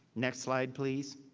next slide please.